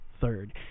third